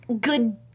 good